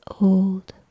old